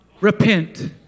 Repent